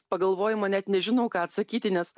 pagalvojimo net nežinau ką atsakyti nes